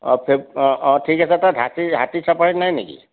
অঁ ফেব্ অঁ অঁ ঠিক আছে তাত হাতী হাতী ছাফাৰী নাই নেকি